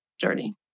journey